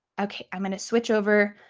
okay, i'm gonna switch over.